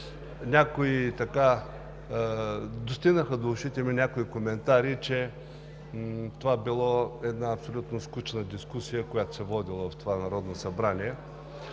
достигнаха до ушите ми коментари, че това било абсолютно скучна дискусия, която се водела в това Народно събрание.